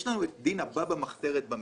יש לנו את דין הבא במחתרת במקרא.